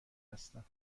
هستم